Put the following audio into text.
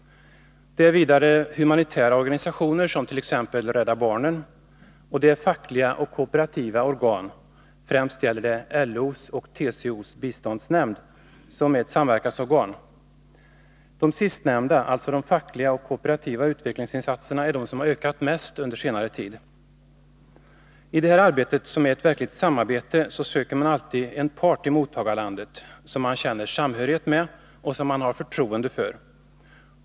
Det är vidare humanitära organisationer, t.ex. Rädda barnen, och det är fackliga och kooperativa organ, främst LO-TCO:s biståndsnämnd, som är ett samverkansorgan. De sistnämnda, alltså de fackliga och kooperativa utvecklingsinsatserna, har ökat mest under senare tid. I det här arbetet, som är ett verkligt samarbete, söker man alltid en part i mottagarlandet, som man känner samhörighet med och har förtroende för.